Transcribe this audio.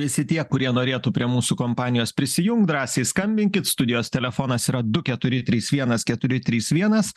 visi tie kurie norėtų prie mūsų kompanijos prisijungt drąsiai skambinkit studijos telefonas yra du keturi trys vienas keturi trys vienas